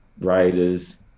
Raiders